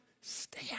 stay